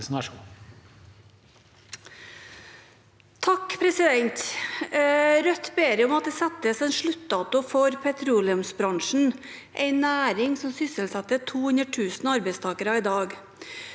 (A) Rødt ber om at det settes en sluttdato for petroleumsbransjen, en næring som sysselsetter 200 000 arbeidstakere i dag.